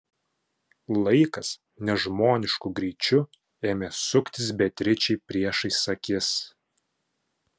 laikas nežmonišku greičiu ėmė suktis beatričei priešais akis